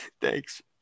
Thanks